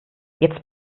jetzt